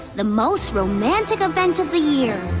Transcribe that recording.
the most romantic event of the year.